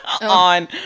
on